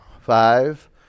Five